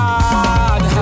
God